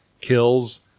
kills